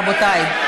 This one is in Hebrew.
רבותיי,